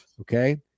okay